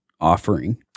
offering